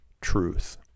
truth